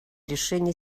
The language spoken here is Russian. решения